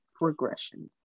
regression